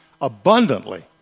abundantly